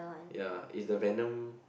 ya is the venom